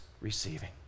receiving